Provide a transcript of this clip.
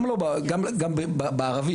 גם בערבי,